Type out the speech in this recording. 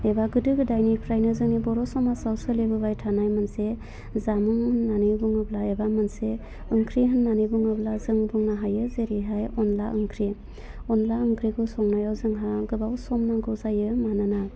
एबा गोदो गोदायनिफ्रायनो जोंनि बर' समाजाव सोलिबोबाय थानाय मोनसे जामुं होन्नानै बुङोब्ला एबा मोनसे ओंख्रि होन्नानै बुङोब्ला जों बुंनो हायो जेरैहाय अनला ओंख्रि अनला ओंख्रिखौ संनायाव जोंहा गोबाव सम नांगौ जायो मानोना